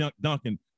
Duncan –